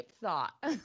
thought